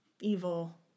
Evil